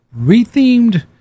rethemed